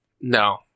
No